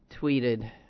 tweeted